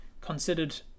considered